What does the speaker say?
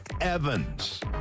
Evans